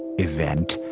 event.